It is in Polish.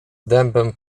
dębem